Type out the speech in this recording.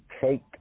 take